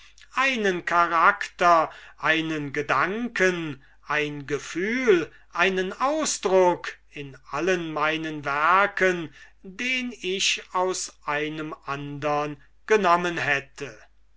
einen charakter einen gedanken ein sentiment einen ausdruck in allen meinen werken den ich aus einem andern genommen hätte